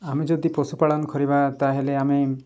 ଆମେ ଯଦି ପଶୁପାଳନ କରିବା ତା'ହେଲେ ଆମେ